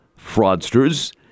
fraudsters